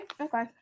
Okay